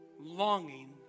longing